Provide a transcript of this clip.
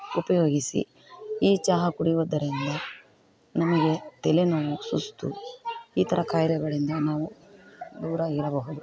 ಉಪಯೋಗಿಸಿ ಈ ಚಹಾ ಕುಡಿಯೋದರಿಂದ ನಮಗೆ ತಲೆನೋವು ಸುಸ್ತು ಈ ಥರ ಖಾಯಿಲೆಗಳಿಂದ ನಾವು ದೂರ ಇರಬಹುದು